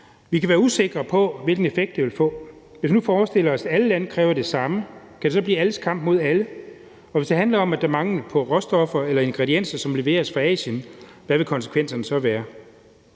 vi kan være usikre på, hvilken effekt det vil få. Hvis vi nu forestiller os, at alle lande kræver det samme, kan det så blive alles kamp mod alle? For hvis det handler om, at der er mangel på råstoffer eller ingredienser, som leveres fra Asien, hvad vil konsekvenserne så være?